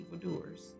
evildoers